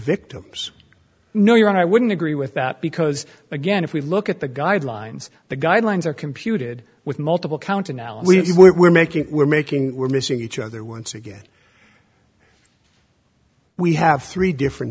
victims no you're on i wouldn't agree with that because again if we look at the guidelines the guidelines are computed with multiple counts and now we're making we're making we're missing each other once again we have three different